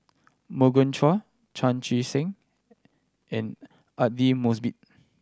Morgan Chua Chan Chee Seng and Aidli Mosbit